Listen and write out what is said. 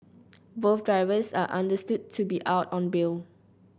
both drivers are understood to be out on bail